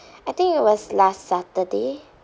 I think it was last saturday